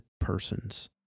persons